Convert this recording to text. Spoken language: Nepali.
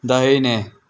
दाहिने